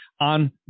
on